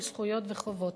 זכויות וחובות.